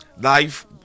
Life